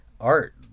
art